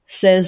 says